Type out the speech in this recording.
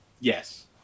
Yes